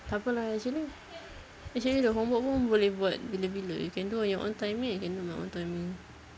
takpe lah actually actually the homework pun boleh buat bila bila you can do on your own timing I can do on my own timing